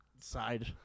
side